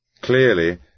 Clearly